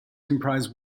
comprise